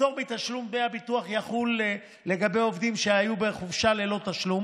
הפטור מתשלום דמי הביטוח יחול לגבי עובדים שהיו בחופשה ללא תשלום